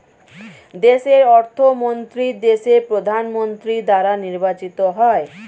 দেশের অর্থমন্ত্রী দেশের প্রধানমন্ত্রী দ্বারা নির্বাচিত হয়